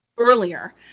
Earlier